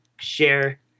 share